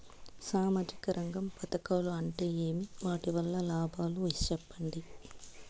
సామాజిక రంగం పథకాలు అంటే ఏమి? వాటి వలన లాభాలు సెప్పండి?